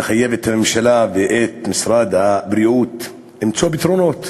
המחייב את הממשלה ואת משרד הבריאות למצוא פתרונות,